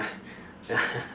ya